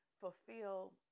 fulfill